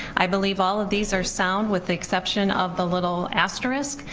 i believe all of these are sound with the exception of the little asterisk.